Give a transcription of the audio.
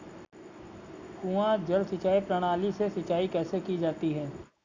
कुआँ जल सिंचाई प्रणाली से सिंचाई कैसे की जाती है?